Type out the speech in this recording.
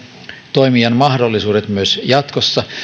toimijan mahdollisuudet myös jatkossa